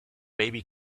baby